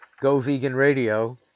goveganradio